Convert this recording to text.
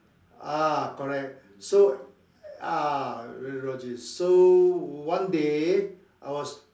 ah correct so ah radiologist so one day I was